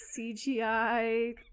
cgi